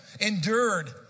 endured